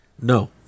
no